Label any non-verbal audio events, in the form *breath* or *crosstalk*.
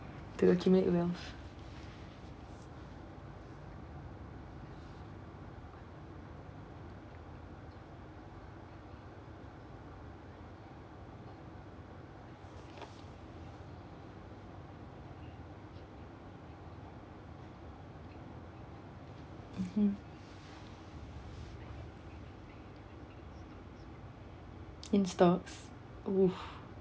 to accumulate wealth mmhmm in stocks oh *breath*